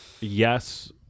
Yes